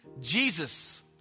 Jesus